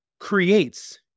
creates